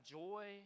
joy